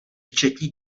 včetně